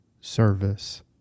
service